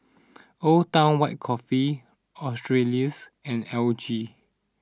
Old Town White Coffee Australis and L G